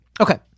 Okay